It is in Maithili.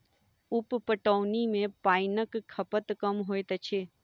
उप पटौनी मे पाइनक खपत कम होइत अछि